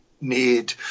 need